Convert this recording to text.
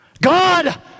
God